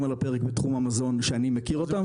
על הפרק בתחום המזון שאני מכיר אותם,